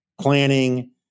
planning